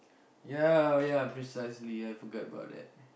ya ya precisely forget about that